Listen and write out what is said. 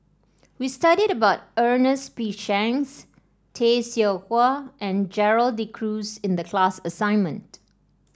we studied about Ernest P Shanks Tay Seow Huah and Gerald De Cruz in the class assignment